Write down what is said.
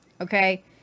Okay